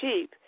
cheap